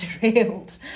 derailed